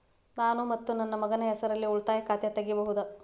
ನಾನು ಮತ್ತು ನನ್ನ ಮಗನ ಹೆಸರಲ್ಲೇ ಉಳಿತಾಯ ಖಾತ ತೆಗಿಬಹುದ?